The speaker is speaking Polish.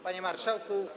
Panie Marszałku!